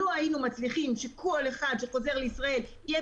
לו היינו מצליחים שכל אחד שחוזר לישראל יהיה